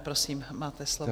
Prosím, máte slovo.